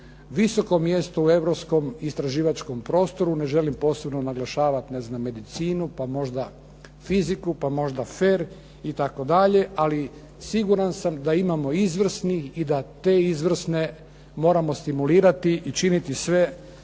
visoko mjesto u europskom istraživačkom prostoru. Ne želim posebno naglašavati ne znam medicinu, pa možda fiziku, pa možda FER itd. Ali siguran sam da imamo izvrsnih i da te izvrsne moramo stimulirati i činiti sve